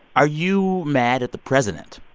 are you mad at the president?